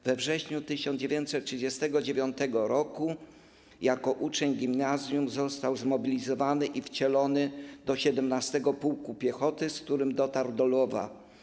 We wrześniu 1939 r. jako uczeń gimnazjum został zmobilizowany i wcielony do 17. Pułku Piechoty, z którym dotarł do Lwowa.